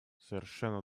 совершенно